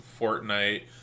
Fortnite